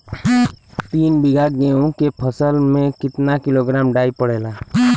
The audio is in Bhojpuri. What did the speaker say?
तीन बिघा गेहूँ के फसल मे कितना किलोग्राम डाई पड़ेला?